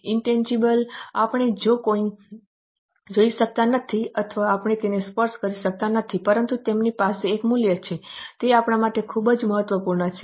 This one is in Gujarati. ઇનટેનજીબલ આપણે જોઈ શકતા નથી અથવા આપણે તેને સ્પર્શ કરી શકતા નથી પરંતુ તેમની પાસે એક મૂલ્ય છે તે આપણા માટે ખૂબ જ મહત્વપૂર્ણ છે